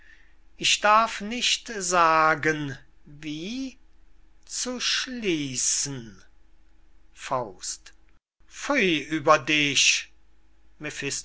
ich darf nicht sagen wie zu schließen pfuy über dich